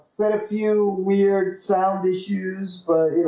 read a few weird sound issues, but you